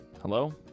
Hello